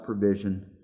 provision